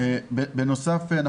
בנוסף,